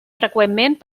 freqüentment